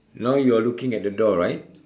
now you are looking at the door right